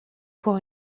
pour